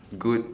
good